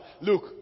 Look